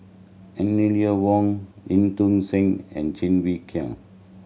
Eleanor Wong En Tong Sen and Cheng Wai Keung